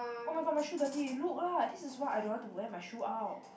oh-my-god my shoe dirty look lah this is why I don't want to wear my shoe out